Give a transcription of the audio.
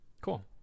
Cool